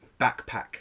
backpack